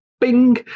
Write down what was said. Bing